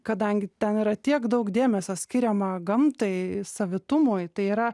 kadangi ten yra tiek daug dėmesio skiriama gamtai savitumui tai yra